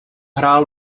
hrál